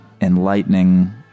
enlightening